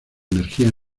energía